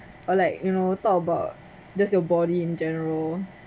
or like you know talk about just your body in general